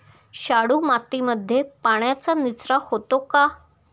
शाडू मातीमध्ये पाण्याचा निचरा होतो का?